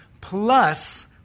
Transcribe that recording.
plus